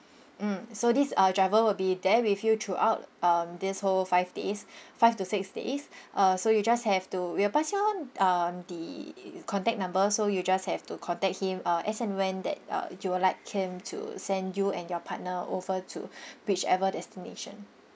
mm so this uh driver will be there with you throughout um this whole five days five to six days uh so you just have to we will pass you on um the contact number so you just have to contact him uh as and when that uh you will like him to send you and your partner over to whichever destination